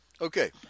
okay